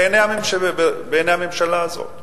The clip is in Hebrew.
בעיני הממשלה הזאת.